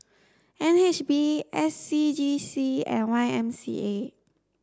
N H B S C G C and Y M C A